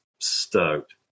stoked